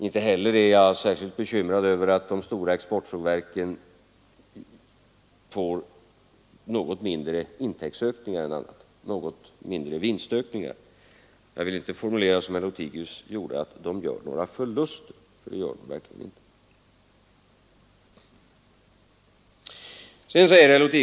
Inte heller är jag särskilt bekymrad över att de stora exportsågverken får något mindre vinstökningar. Jag vill inte formulera det såsom herr Lothigius gjorde, att de gör några förluster, för det gör de verkligen inte.